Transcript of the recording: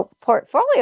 portfolio